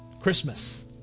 Christmas